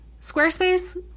Squarespace